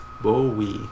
Bowie